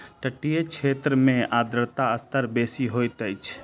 तटीय क्षेत्र में आर्द्रता स्तर बेसी होइत अछि